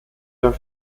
der